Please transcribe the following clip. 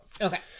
okay